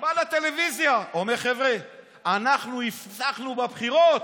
הוא בא לטלוויזיה ואומר: אנחנו הבטחנו בבחירות,